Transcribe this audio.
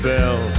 Bell